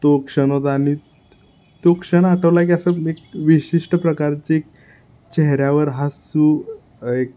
तो क्षण होता आणि तो क्षण आठवला की असं एक विशिष्ट प्रकारचं एक चेहऱ्यावर हसू एक